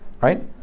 right